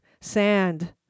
Sand